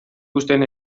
uzten